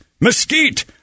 mesquite